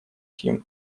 him